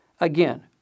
Again